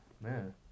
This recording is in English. man